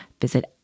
visit